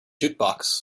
jukebox